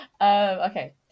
okay